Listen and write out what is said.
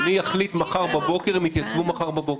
הם לא --- אם אדוני יחליט מחר בבוקר הם יתייצבו מחר בבוקר.